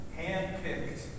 hand-picked